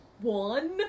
One